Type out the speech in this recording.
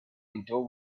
into